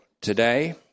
today